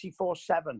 24-7